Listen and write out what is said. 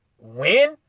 win